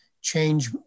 change